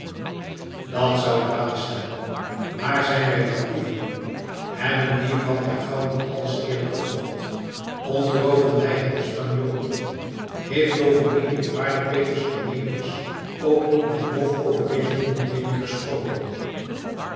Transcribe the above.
dat zou dwaas zijn maar zijn wij dan dieven hebben die van ter gouw niet alles eerlijk gekocht ontrooven wij het den spanjool heeft bovendien de eerwaarde petrus cornelius ook niet met lof over deze onderneming gesproken